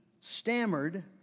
stammered